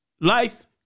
life